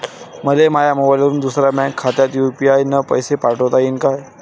मले माह्या मोबाईलवरून दुसऱ्या बँक खात्यात यू.पी.आय न पैसे पाठोता येईन काय?